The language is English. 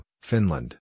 Finland